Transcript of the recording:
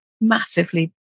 massively